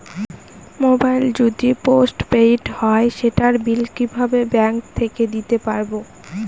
Mobile যদি postpaid হয় সেটার বিল কিভাবে ব্যাংক থেকে দিতে পারব?